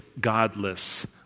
godless